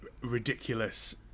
ridiculous